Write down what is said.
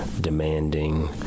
demanding